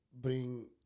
bring